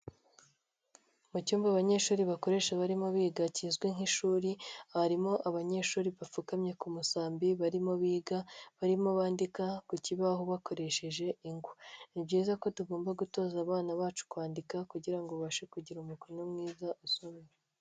Mu cyuyumba abanyeshuri bakoresha barimo biga kizwi nk'ishuri, harimo abanyeshuri bapfukamye ku musambi barimo biga barimo bandika ku kibaho bakoresheje ingwa. Ni byiza ko tugomba gutoza abana bacu kwandika kugira ngo ubashe kugira umukono mwiza usomeka.